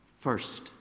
First